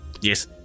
yes